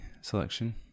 selection